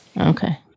okay